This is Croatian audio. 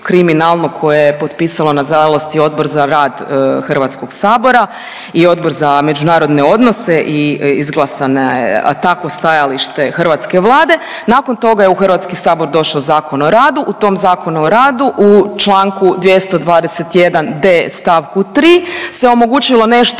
koje je potpisalo nažalost i Odbor za rad HS i Odbor za međunarodne odnose i izglasana je, a tako stajalište hrvatske Vlade, nakon toga je u HS došao Zakon o radu, u tom Zakonu o radu u čl. 221.d. st. 3. se omogućilo nešto